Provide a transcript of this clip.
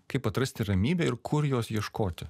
kaip atrasti ramybę ir kur jos ieškoti